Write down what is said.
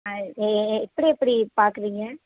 அது எ எப்படி எப்படி பார்க்குறிங்க